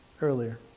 earlier